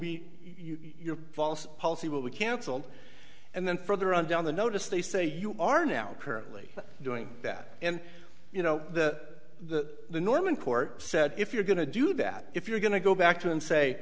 be your false policy what we cancelled and then further on down the notice they say you are now currently doing that and you know the norm in court said if you're going to do that if you're going to go back to